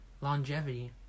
longevity